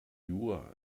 jura